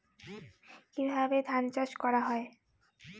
কিভাবে ধান চাষ করা হয়?